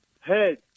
Head